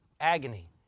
agony